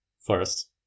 first